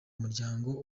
muryango